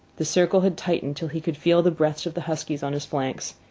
the circle had tightened till he could feel the breaths of the huskies on his flanks.